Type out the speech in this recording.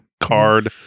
Card